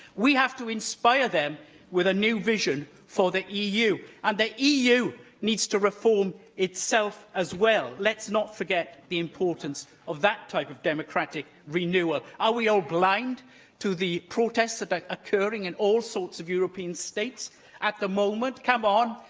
we have to inspire them with a new vision for the eu, and the eu needs to reform itself as well. let's not forget the importance of that type of democratic renewal. are we all blind to the protests that are occurring in all sorts of european states at the moment? come on.